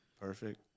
Perfect